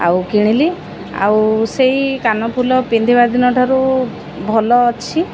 ଆଉ କିଣିଲି ଆଉ ସେହି କାନଫୁଲ ପିନ୍ଧିବା ଦିନ ଠାରୁ ଭଲ ଅଛି